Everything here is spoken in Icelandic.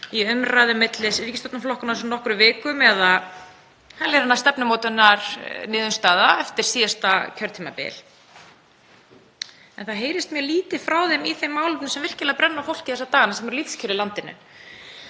í umræðum milli ríkisstjórnarflokkanna á þessum nokkru vikum eða heljarinnar stefnumótunarniðurstaða eftir síðasta kjörtímabil. En það heyrist mjög lítið frá þeim í þeim málefnum sem virkilega brenna á fólki þessa dagana sem eru lífskjör í landinu.